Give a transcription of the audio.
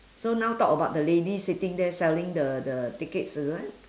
so now talk about the lady sitting there selling the the tickets is it